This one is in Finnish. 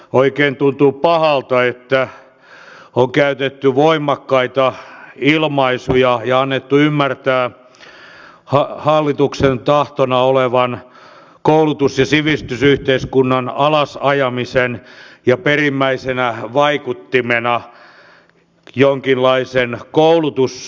oikein tuntuu pahalta että on käytetty voimakkaita ilmaisuja ja annettu ymmärtää hallituksen tahtona olevan koulutus ja sivistysyhteiskunnan alas ajamisen ja perimmäisenä vaikuttimena jonkinlaisen koulutusvihamielisyyden